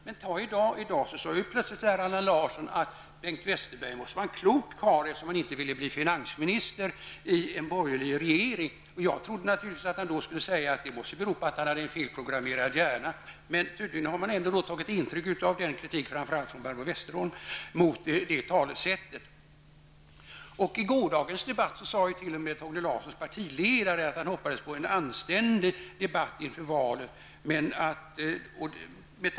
Men i dag sade plötsligt Allan Larsson att Bengt Westerberg måste vara en klok karl, eftersom han inte ville bli finansminister i en borgerlig regering. Jag trodde naturligtvis att Allan Larsson då skulle säga att det måste bero på att han hade en felprogrammerad hjärna. Men tydligen har man ändå tagit intryck av den kritik som framför allt Barbro Westerholm har riktat mot det talesättet. I gårdagens debatt sade t.o.m. Torgny Larssons partiledare att han hoppades på en anständig debatt inför valet.